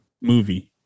movie